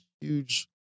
huge